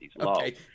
Okay